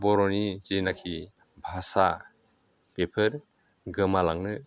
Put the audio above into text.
बर'नि जेनाखि भाषा बेफोर गोमालांनो